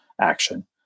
action